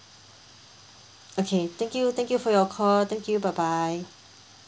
okay thank you thank you for your call thank you bye bye